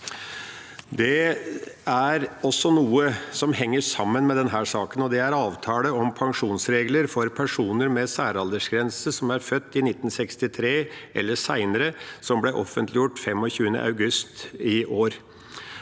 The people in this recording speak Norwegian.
389 Noe som henger sammen med denne saken, er avtale om pensjonsregler for personer med særaldersgrense som er født i 1963 eller senere, som ble offentliggjort 25. august i år.